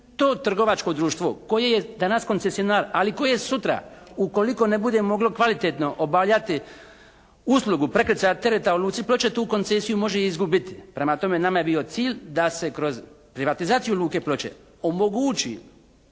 to trgovačko društvo koje je danas koncesionar ali koje je sutra ukoliko ne bude moglo kvalitetno obavljati uslugu prekrcaja tereta u luci Ploče tu koncesiju može i izgubiti. Prema tome nama je bio cilj da se kroz privatizaciju luke Ploče omogući